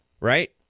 Right